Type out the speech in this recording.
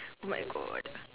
where got